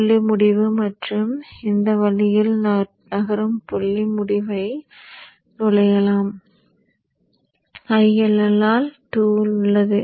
புள்ளி முடிவு மற்றும் இந்த வழியில் நகரும் புள்ளி முடிவில் நுழையும் IL ஆல் 2 உள்ளது